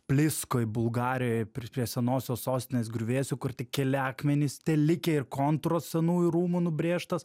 pliskoj bulgarijoj prie prie senosios sostinės griuvėsių kur tik keli akmenys telikę ir kontūras senųjų rūmų nubrėžtas